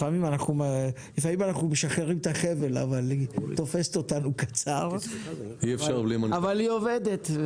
לפעמים אנחנו משחררים את החבל אבל היא תופסת אותנו קצר אבל היא עובדת.